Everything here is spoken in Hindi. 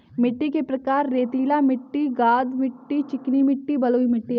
मिट्टी के प्रकार हैं, रेतीली मिट्टी, गाद मिट्टी, चिकनी मिट्टी, बलुई मिट्टी अदि